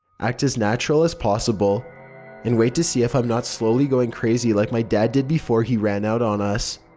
act as natural as possible and wait to see if i'm not slowly going crazy like my dad did before he ran out on us.